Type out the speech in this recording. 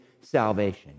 salvation